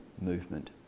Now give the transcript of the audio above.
movement